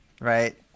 right